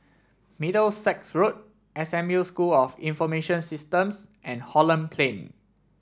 Middlesex Road S M U School of Information Systems and Holland Plain